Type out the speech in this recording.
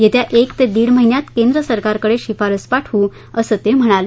येत्या एक ते दीड महिन्यात केंद्र सरकारकडे शिफारश पाठवू असं ते म्हणाले